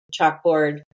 chalkboard